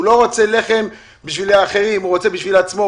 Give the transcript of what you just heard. הוא לא רוצה לחם עבור אחרים אלא הוא רוצה לעצמו.